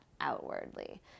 outwardly